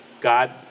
God